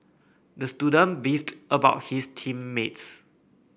the student beefed about his team mates